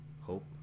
hope